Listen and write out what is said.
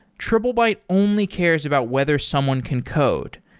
triplebyte only cares about whether someone can code.